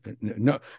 no